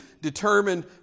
determined